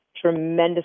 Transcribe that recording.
tremendous